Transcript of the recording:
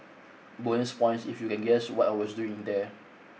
bonus points if you can guess what I was doing there